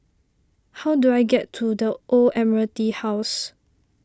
how do I get to the Old Admiralty House